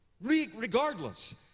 Regardless